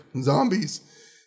zombies